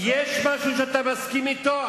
יש משהו שאתה מסכים אתו?